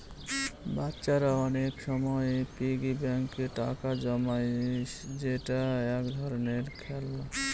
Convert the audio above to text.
বাচ্চারা অনেক সময় পিগি ব্যাঙ্কে টাকা জমায় যেটা এক ধরনের খেলনা